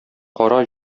кара